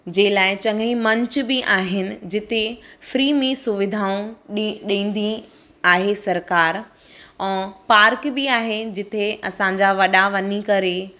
जे लाइ चङे ई मंच बि आहिनि जिते फ्री में सुविधाऊं ॾी ॾींदी आहे सरकारु ऐं पार्क बि आहे जिते असांजा वॾा वञी करे